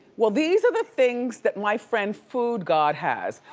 well, these are the things that my friend foodgod has,